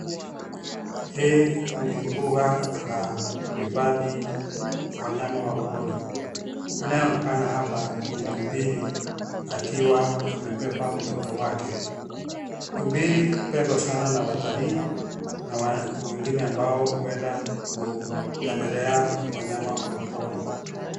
Hii ni mbuga la kuhifadhi wanyama wa pori. Anayeonekana hapa, ni tumbili akiwa amebeba mtoto wake. Tumbili hupendwa sana na watalii, na watu wengine ambao huenda kutembelea wanyama wa pori.